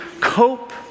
cope